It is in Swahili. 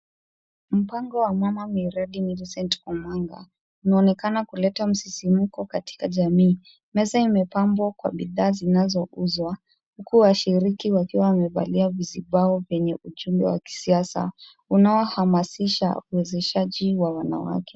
Mpango wa "Mama miradi" Millicent Omanga. Inaonekana kuleta msisimko katika jamii. Meza imepambwa kwa bidhaa zinazouzwa, huku washiriki wakiwa wamebalia vizibao vyenye ujumbe wa kisiasa unaohamasisha uwezeshaji wa wanawake.